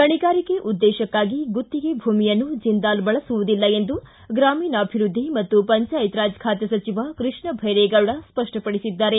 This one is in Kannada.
ಗಣಿಗಾರಿಕೆ ಉದ್ದೇಶಕ್ತಾಗಿ ಗುತ್ತಿಗೆ ಭೂಮಿಯನ್ನು ಜೆಂದಾಲ್ ಬಳಸುವುದಿಲ್ಲ ಎಂದು ಗ್ರಾಮೀಣಾಭಿವೃದ್ದಿ ಮತ್ತು ಪಂಚಾಯತ್ ರಾಜ್ ಖಾತೆ ಸಚಿವ ಕೃಷ್ಣ ಭೈರೇಗೌಡ ಸ್ಪಷ್ಟಪಡಿಸಿದ್ದಾರೆ